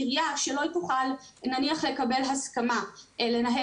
עירייה שלא תוכל נניח לקבל הסכמה לנהל